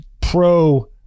pro